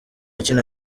akina